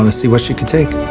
and see what she could take.